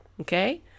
okay